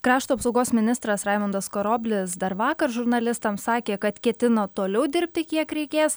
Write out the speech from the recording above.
krašto apsaugos ministras raimundas karoblis dar vakar žurnalistams sakė kad ketino toliau dirbti kiek reikės